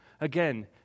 Again